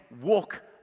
walk